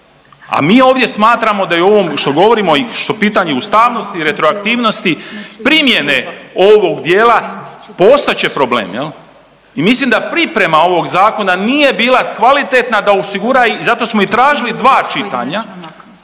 A mi ovdje smatramo da je u ovom što govorimo i što je pitanje ustavnosti i retroaktivnosti primjene ovog dijela postat će problem jel i mislim da priprema ovog zakona nije bila kvalitetna da osigura i zato smo i tražili dva čitanja